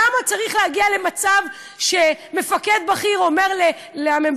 למה צריך להגיע למצב שמפקד בכיר אומר למ"פ: